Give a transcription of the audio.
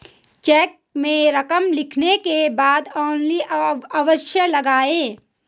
check में रकम लिखने के बाद ओन्ली अवश्य लगाएँ